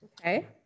Okay